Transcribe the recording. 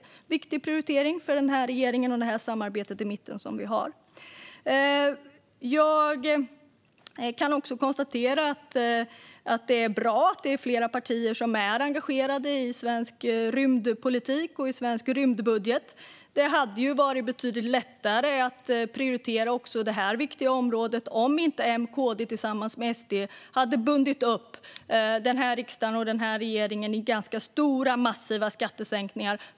Det är en viktig prioritering för den här regeringen och det samarbete som vi har i mitten. Jag kan också konstatera att det är bra att det är flera partier som är engagerade i svensk rymdpolitik och i svensk rymdbudget. Men det hade varit betydligt lättare att prioritera detta viktiga område om inte M och KD tillsammans med SD hade bundit upp den här riksdagen och den här regeringen till ganska stora och massiva skattesänkningar.